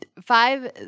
Five